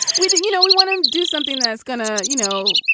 we did you know, we want to do something that's going to, you know,